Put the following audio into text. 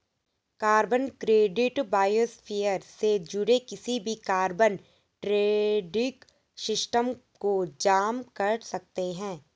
carbon credit biosphere से जुड़े किसी भी कार्बन ट्रेडिंग सिस्टम को जाम कर सकते हैं